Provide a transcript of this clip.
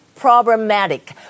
Problematic